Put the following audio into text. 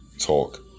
talk